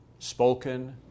spoken